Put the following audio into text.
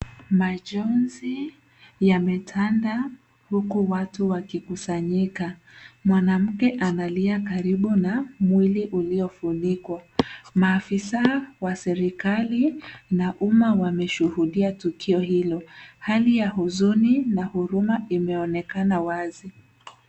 Majonzi yametanda huku watu wakikusanyika. Mwanamke analia karibu na mwili uliofunikwa. Maafisa wa serikali na umma wameshuhudia tukio hilo. Hali ya huzuni na huruma imeonekana wazi.